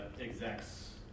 execs